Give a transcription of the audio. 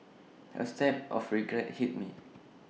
A stab of regret hit me